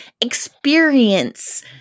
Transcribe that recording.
experience